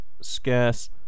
Scarce